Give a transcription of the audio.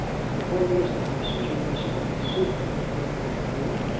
and what was the message unless it be a secret between you three?